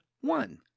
one